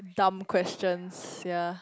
dumb questions ya